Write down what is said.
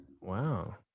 wow